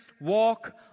walk